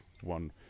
one